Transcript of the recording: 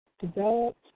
developed